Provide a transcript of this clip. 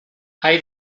hay